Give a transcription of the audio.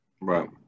Right